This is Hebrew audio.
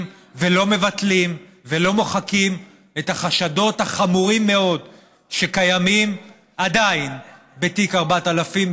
ולא מבטלים ולא מוחקים את החשדות החמורים מאוד שקיימים עדיין בתיק 4000,